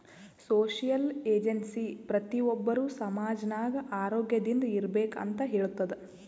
social agency ಪ್ರತಿ ಒಬ್ಬರು ಸಮಾಜ ನಾಗ್ ಆರೋಗ್ಯದಿಂದ್ ಇರ್ಬೇಕ ಅಂತ್ ಹೇಳ್ತುದ್